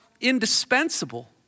indispensable